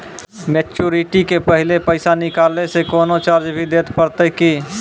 Maturity के पहले पैसा निकालै से कोनो चार्ज भी देत परतै की?